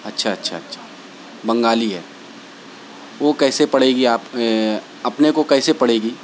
اچھا اچھا اچھا بنگالی ہے وہ کیسے پڑے گی آپ اپنے کو کیسے پڑے گی